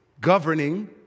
governing